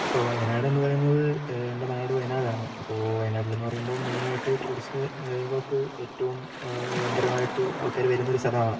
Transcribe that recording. ഇപ്പോൾ വയനാടെന്നു പറയുന്നത് എൻ്റെ നാട് വയനാടാണ് അപ്പോൾ വയനാട്ടിൽ എന്നു പറയുമ്പോൾ മെയിനായിട്ട് ടൂറിസ്റ്റുകൾക്ക് ഏറ്റവും ഭയങ്കരമായിട്ട് ആൾക്കാർ വരുന്നൊരു സ്ഥലമാണ്